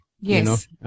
Yes